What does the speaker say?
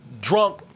drunk